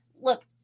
look